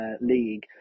league